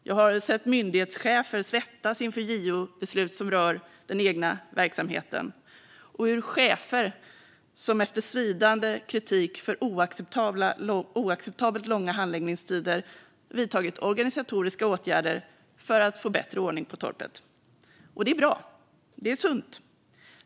Jag har sett myndighetschefer svettas inför JO-beslut som rör den egna verksamheten och hur chefer efter svidande kritik för oacceptabelt långa handläggningstider har vidtagit organisatoriska åtgärder för att få bättre ordning på torpet. Detta är bra. Det är sunt.